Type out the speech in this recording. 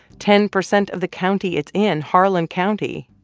ten percent of the county it's in, harlan county,